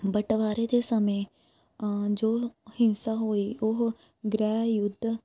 ਬਟਵਾਰੇ ਦੇ ਸਮੇਂ ਜੋ ਹਿੰਸਾ ਹੋਈ ਉਹ ਗ੍ਰਹਿ ਯੁੱਧ